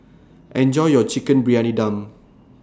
Enjoy your Chicken Briyani Dum